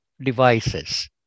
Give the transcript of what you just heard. devices